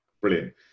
Brilliant